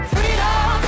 Freedom